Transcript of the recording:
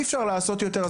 אי אפשר לעשות יותר.